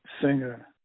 singer